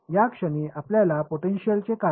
या क्षणी असलेल्या पोटेन्शिअलचे काय